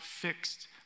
fixed